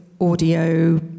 audio